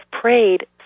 prayed